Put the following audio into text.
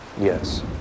Yes